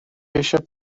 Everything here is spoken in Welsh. eisiau